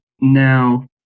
now